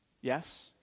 Yes